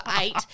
eight